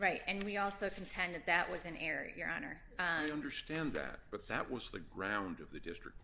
right and we also contend that that was in error your honor to understand that but that was the ground of the district